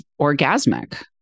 orgasmic